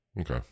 Okay